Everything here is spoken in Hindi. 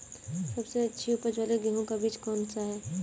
सबसे अच्छी उपज वाला गेहूँ का बीज कौन सा है?